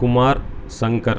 Kumar Shankar